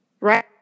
right